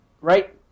Right